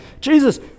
Jesus